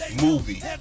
movie